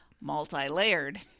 multi-layered